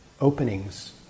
openings